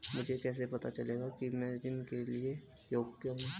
मुझे कैसे पता चलेगा कि मैं ऋण के लिए योग्य हूँ?